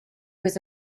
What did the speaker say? was